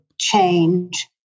change